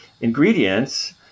ingredients